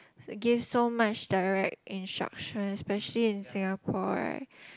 to give so much direct instructions especially in Singapore right